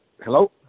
Hello